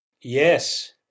Yes